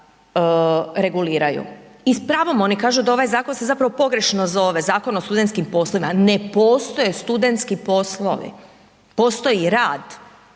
reguliraju i s pravom oni kažu da ovaj zakon se zapravo pogrešno zove, Zakon o studentskim poslovima, ne postoje studentski poslovi, postoji rad,